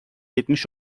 yetmiş